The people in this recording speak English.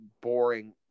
boring